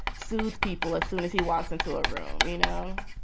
soothe people as soon as he walks into a room, you know?